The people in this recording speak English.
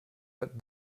but